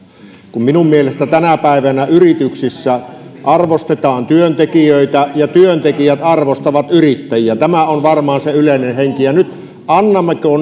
kun minun mielestäni tänä päivänä yrityksissä arvostetaan työntekijöitä ja työntekijät arvostavat yrittäjiä tämä on varmaan se yleinen henki annammeko